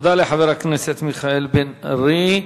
תודה לחבר הכנסת מיכאל בן-ארי.